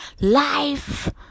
life